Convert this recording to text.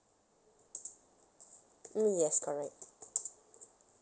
mm yes correct